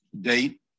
date